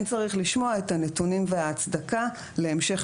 כן צריך לשמוע את הנתונים וההצדקה להמשך